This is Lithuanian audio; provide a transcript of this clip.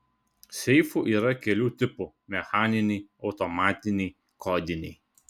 seifų yra kelių tipų mechaniniai automatiniai kodiniai